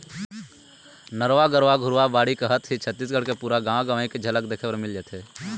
नरूवा, गरूवा, घुरूवा, बाड़ी कहत ही छत्तीसगढ़ के पुरा गाँव गंवई के झलक देखे बर मिल जाथे